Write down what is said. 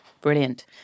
Brilliant